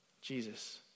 Jesus